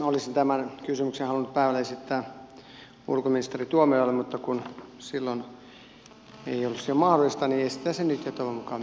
minä olisin tämän kysymyksen halunnut päivällä esittää ulkoministeri tuomiojalle mutta kun silloin ei ollut siihen mahdollisuutta niin esitän sen nyt ja toivon mukaan ministeri sen saa